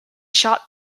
shot